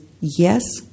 Yes